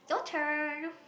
your turn